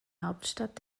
hauptstadt